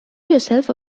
yourself